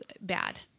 bad